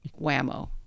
whammo